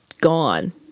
gone